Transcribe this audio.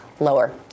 lower